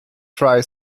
try